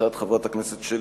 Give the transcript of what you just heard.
הצעת חברת הכנסת שלי